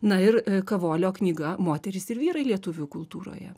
na ir kavolio knyga moterys ir vyrai lietuvių kultūroje